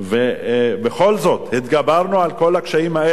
ובכל זאת התגברנו על כל הקשיים האלה,